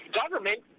government